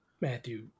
Matthew